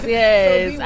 yes